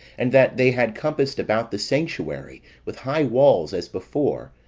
and that they had compassed about the sanctuary with high walls as before,